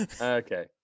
Okay